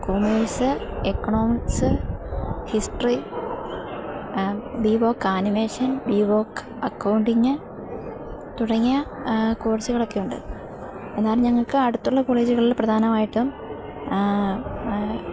commerce economics history B voc animation B voc accounting തുടങ്ങിയ കോഴ്സുകളൊക്കെയുണ്ട് എന്നാലും ഞങ്ങൾക്ക് അടുത്തുള്ള കോളേജുകളിൽ പ്രധാനമായിട്ടും